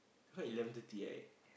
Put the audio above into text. now eleven thirty right